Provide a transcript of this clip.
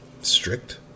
strict